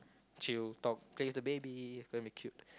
chill talk play with the baby then the cute